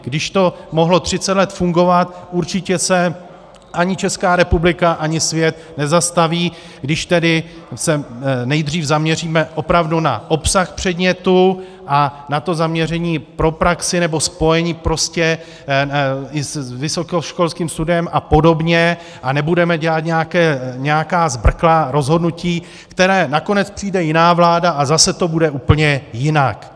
Když to mohlo třicet let fungovat, určitě se ani Česká republika, ani svět nezastaví, když tedy se nejdřív zaměříme opravdu na obsah předmětu a na to zaměření pro praxi nebo spojení prostě i s vysokoškolským studiem a podobně a nebudeme dělat nějaká zbrklá rozhodnutí, která nakonec přijde jiná vláda, a zase to bude úplně jinak.